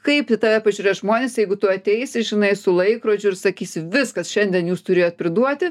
kaip į tave pažiūrės žmonės jeigu tu ateisi žinai su laikrodžiu ir sakysi viskas šiandien jūs turėjot priduoti